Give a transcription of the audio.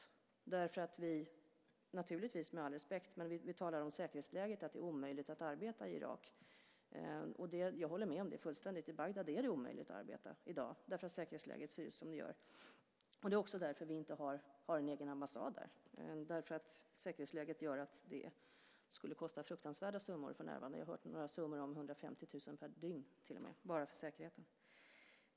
Anledningen är att vi, naturligtvis sagt med all respekt, talar om säkerhetsläget. Det är omöjligt att arbeta i Irak. Och jag håller med om det fullständigt: I Bagdad är det omöjligt att arbeta i dag därför att säkerhetsläget ser ut som det gör. Det är också därför vi inte har en egen ambassad där. Säkerhetsläget gör att det skulle kosta fruktansvärda summor för närvarande. Jag har hört nämnas summor runt 150 000 per dygn - bara för säkerheten.